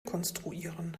konstruieren